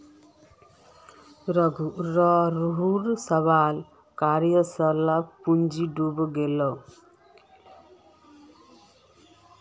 रघूर सबला कार्यशील पूँजी डूबे गेले